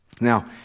Now